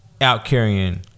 out-carrying –